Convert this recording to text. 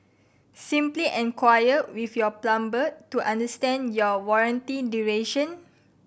simply enquire with your plumber to understand your warranty duration